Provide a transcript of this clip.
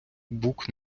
бук